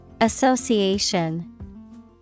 Association